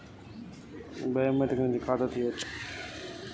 Biometric నుంచి ఖాతా తీయచ్చా?